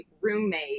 roommate